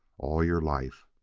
all your life!